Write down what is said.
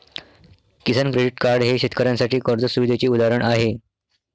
किसान credit card हे शेतकऱ्यांसाठी कर्ज सुविधेचे उदाहरण आहे